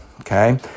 okay